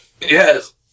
yes